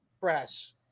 press